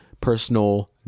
Personal